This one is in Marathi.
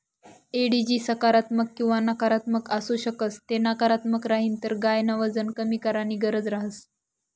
एडिजी सकारात्मक किंवा नकारात्मक आसू शकस ते नकारात्मक राहीन तर गायन वजन कमी कराणी गरज रहस